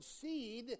seed